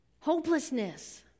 Hopelessness